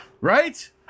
Right